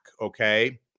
okay